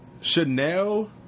Chanel